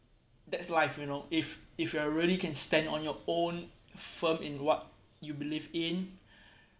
that's life you know if if you are really can stand on your own firm in what you believe in